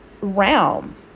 realm